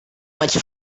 much